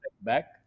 back